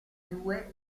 due